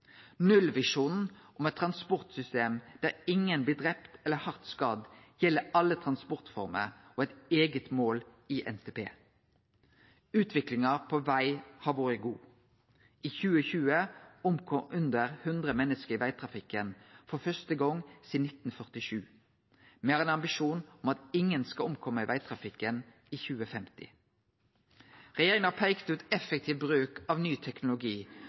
Nullvisjonen om eit transportsystem der ingen blir drepne eller hardt skadde, gjeld alle transportformer og er eit eige mål i NTP. Utviklinga på veg har vore god. I 2020 omkom under 100 menneske i vegtrafikken for første gong sidan 1947. Me har ein ambisjon om at ingen skal omkome i vegtrafikken i 2050. Regjeringa har peikt ut effektiv bruk av ny teknologi